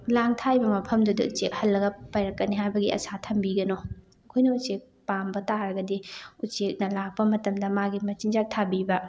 ꯂꯥꯡ ꯊꯥꯛꯏꯕ ꯃꯐꯝꯗꯨꯗ ꯎꯆꯦꯛ ꯍꯜꯂꯒ ꯄꯥꯏꯔꯛꯀꯅꯤ ꯍꯥꯏꯕꯒꯤ ꯑꯁꯥ ꯊꯝꯕꯤꯒꯅꯣ ꯑꯩꯈꯣꯏꯅ ꯎꯆꯦꯛ ꯄꯥꯝꯕ ꯇꯥꯔꯒꯗꯤ ꯎꯆꯦꯛꯅ ꯂꯥꯛꯄ ꯃꯇꯝꯗ ꯃꯥꯒꯤ ꯃꯆꯤꯟꯖꯥꯛ ꯊꯥꯕꯤꯕ